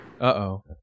Uh-oh